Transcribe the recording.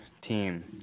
team